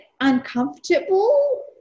uncomfortable